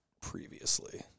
previously